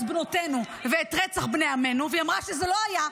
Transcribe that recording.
בנותינו ואת רצח בני עמנו והיא אמרה שזה לא היה.